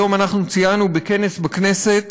היום אנחנו ציינו בכנס בכנסת